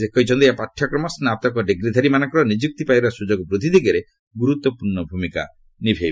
ସେ କହିଛନ୍ତି ଏହି ପାଠ୍ୟକ୍ରମ ସ୍ନାତକ ଡିଗ୍ରୀଧାରୀମାନଙ୍କର ନିଯୁକ୍ତି ପାଇବାର ସୁଯୋଗ ବୃଦ୍ଧି ଦିଗରେ ଗୁରୁତ୍ୱପୂର୍ଣ୍ଣ ଭୂମିକା ନିଭାଇବ